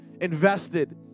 Invested